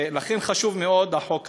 ולכן, חשוב מאוד, החוק הזה,